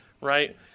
right